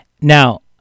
Now